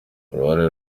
uruhare